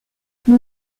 mon